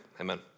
amen